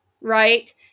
right